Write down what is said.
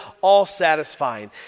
all-satisfying